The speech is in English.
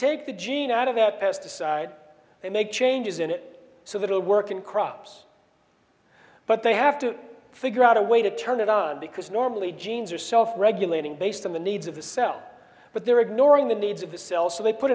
take the gene out of that pesticide they make changes in it so that it'll work in crops but they have to figure out a way to turn it on because normally genes are self regulating based on the needs of the cell but they're ignoring the needs of the cell so they put